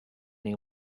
been